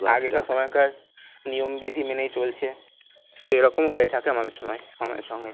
আগেকার সময়কার নিয়মবিধি মেনেই চলছে তো এরকম হয়ে থাকে আমাদের সময় আমাদের সঙ্গে